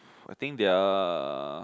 I think their